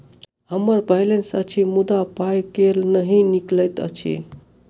हम्मर बैलेंस अछि मुदा पाई केल नहि निकलैत अछि?